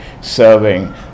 serving